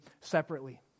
separately